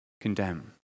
condemn